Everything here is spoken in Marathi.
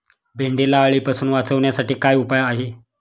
भेंडीला अळीपासून वाचवण्यासाठी काय उपाय आहे?